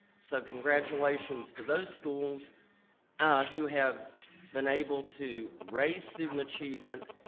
so congratulations to those schools who have been able to raise student achievement,